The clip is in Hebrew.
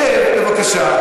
שב, בבקשה.